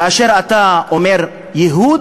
כאשר אתה אומר "ייהוד",